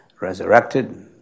resurrected